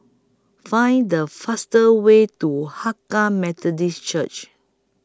Find The fastest Way to Hakka Methodist Church